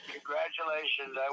Congratulations